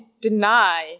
deny